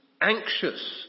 anxious